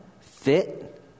fit